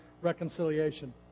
reconciliation